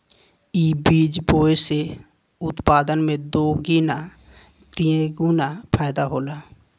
इ बीज बोए से उत्पादन में दोगीना तेगुना फायदा होला